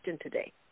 today